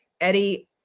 Eddie